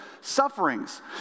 sufferings